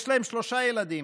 יש להם שלושה ילדים.